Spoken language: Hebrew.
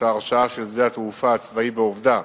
את ההרשאה של שדה התעופה הצבאי "עובדה"